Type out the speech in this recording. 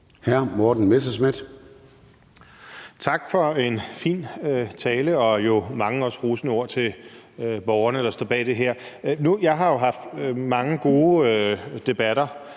Morten Messerschmidt (DF): Tak for en fin tale og jo også mange rosende ord til borgerne, der står bag det her. Nu har jeg jo haft mange gode debatter